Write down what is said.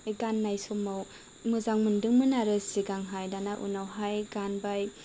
बे गान्नाय समाव मोजां मोनदोंमोन आरो सिगांहाय दाना उनावहाय गानबाय